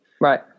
Right